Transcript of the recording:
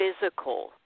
physical